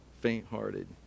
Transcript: faint-hearted